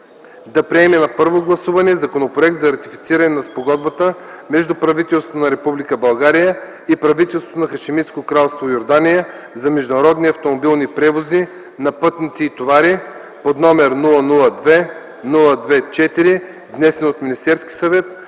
да приеме на първо гласуване Законопроект за ратифициране на Спогодбата между правителството на Република България и правителството на Хашемитско кралство Йордания за международни автомобилни превози на пътници и товари, № 002-02-4, внесен от Министерския съвет